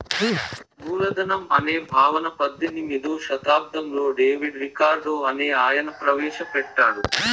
మూలధనం అనే భావన పద్దెనిమిదో శతాబ్దంలో డేవిడ్ రికార్డో అనే ఆయన ప్రవేశ పెట్టాడు